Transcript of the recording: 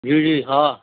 جی جی ہاں